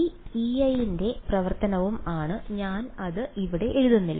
ഈ Ei ന്റെ പ്രവർത്തനവും ആണ് ഞാൻ അത് ഇവിടെ എഴുതുന്നില്ല